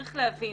צריך להבין